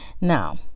Now